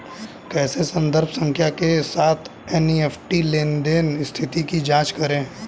कैसे संदर्भ संख्या के साथ एन.ई.एफ.टी लेनदेन स्थिति की जांच करें?